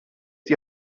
die